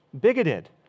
bigoted